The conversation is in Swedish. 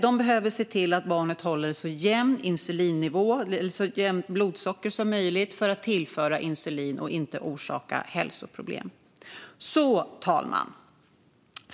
De behöver se till att barnet har så jämn blodsockernivå som möjligt och tillföra insulin utan att orsaka hälsoproblem. Fru talman!